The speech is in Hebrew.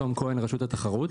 תום כהן, רשות התחרות.